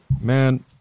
Man